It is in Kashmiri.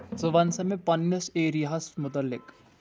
ژٕ ونسا مےٚ پنٕنِس ایریاہَس مُتعلِق